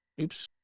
Oops